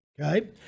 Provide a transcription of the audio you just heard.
Okay